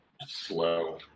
slow